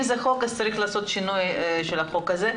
אם זה חוק אז צריך לעשות שינוי של החוק הזה.